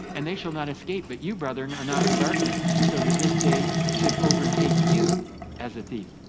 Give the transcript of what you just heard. and they shall not escape. but you, bretheren, are not in darkness, so that this day should overtake you as a thief.